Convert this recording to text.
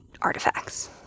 artifacts